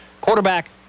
Quarterback